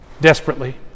Desperately